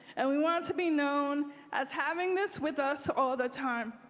and we want to be known as having this with us all the time.